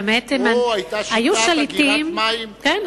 היתה שיטת אגירת מים אדירה.